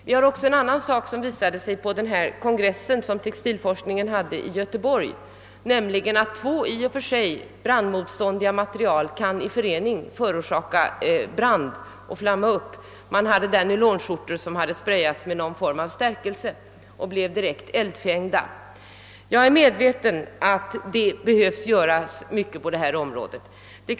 Vi bör också lägga märke till en annan sak, som påpekades på textilforskningskongres sen i Göteborg, nämligen att två i och för sig brandhärdiga material i förening kan flamma upp och förorsaka brand. Som exempel nämndes nylonskjortor som hade sprayats med någon form av stärkelse och blivit direkt eldfängda. Jag är medveten om att det behöver göras mycket på detta område.